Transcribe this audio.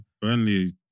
Burnley